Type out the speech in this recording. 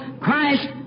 Christ